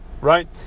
right